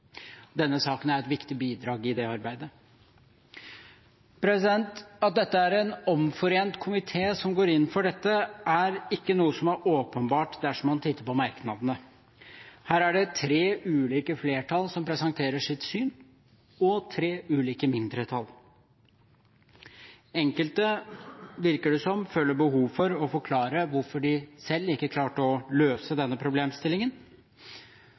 Denne saken er et viktig bidrag i det arbeidet. At det er en omforent komité som går inn for dette, er ikke noe som er åpenbart dersom man titter på merknadene. Her er det tre ulike flertall som presenterer sitt syn og tre ulike mindretall. Enkelte – virker det som – føler behov for å forklare hvorfor de selv ikke klarte å løse